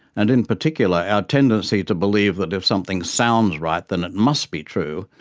and in particular our tendency to believe that if something sounds right then it must be true,